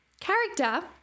character